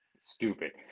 stupid